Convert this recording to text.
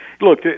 look